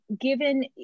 given